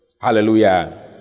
Hallelujah